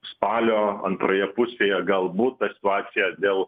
spalio antroje pusėje galbūt ta situacija dėl